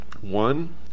One